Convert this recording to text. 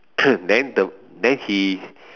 then the then he